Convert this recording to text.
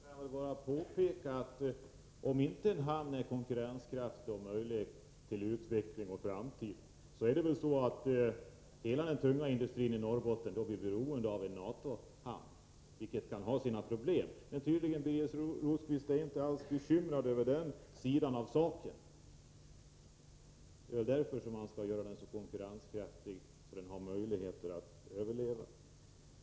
Herr talman! Beträffande det sist nämnda i föregående anförande om Luleå hamn vill jag framhålla att om hamnen inte är konkurrenskraftig och inte har utvecklingsmöjligheter eller en framtid, blir den tunga industrin i Norrbotten beroende av en NATO-hamn. Det kan medföra vissa problem. Men Birger Rosqvist är tydligen inte alls bekymrad. Det är väl därför som han vill ha en sådan konkurrenskraft att det finns möjligheter att överleva.